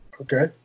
okay